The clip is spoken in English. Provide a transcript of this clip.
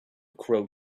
crow